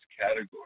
category